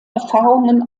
erfahrungen